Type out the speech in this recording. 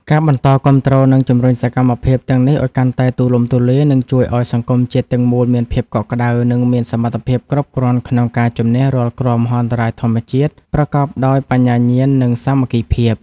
ការបន្តគាំទ្រ និងជំរុញសកម្មភាពទាំងនេះឱ្យកាន់តែទូលំទូលាយ នឹងជួយឱ្យសង្គមជាតិទាំងមូលមានភាពកក់ក្ដៅ និងមានសមត្ថភាពគ្រប់គ្រាន់ក្នុងការជម្នះរាល់គ្រោះមហន្តរាយធម្មជាតិ ប្រកបដោយបញ្ញាញាណ និងសាមគ្គីភាព។